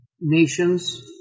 nations